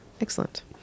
Excellent